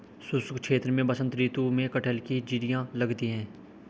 शुष्क क्षेत्र में बसंत ऋतु में कटहल की जिरीयां लगती है